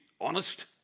honest